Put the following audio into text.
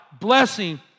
blessing